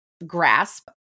grasp